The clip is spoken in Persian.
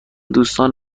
دوستان